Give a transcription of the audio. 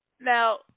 Now